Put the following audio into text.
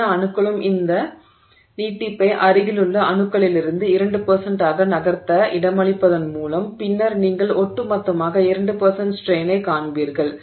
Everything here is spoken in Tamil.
எல்லா அணுக்களும் அந்த நீட்டிப்பை அருகிலுள்ள அணுக்களிலிருந்து 2 ஆக நகர்த்த இடமளிப்பதன் மூலம் பின்னர் நீங்கள் ஒட்டுமொத்தமாக 2 ஸ்ட்ரெய்னை காண்பீர்கள்